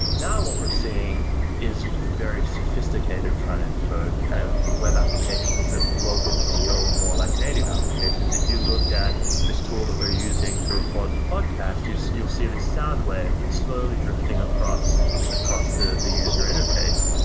now what we're seeing is very sophisticated front-end code kind of web applications that look and feel more like native applications if you look at this tool that we're using to record the podcast, so you'll see the sound wave that's slowly drifting across across the the user interface.